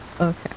Okay